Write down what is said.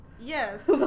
Yes